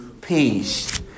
peace